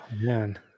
Man